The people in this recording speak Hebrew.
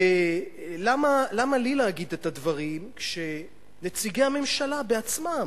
ולמה לי להגיד את הדברים כשנציגי הממשלה בעצמם,